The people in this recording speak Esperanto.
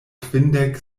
kvindek